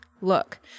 Look